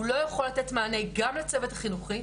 הוא לא יכול לתת מענה גם לצוות החינוכי,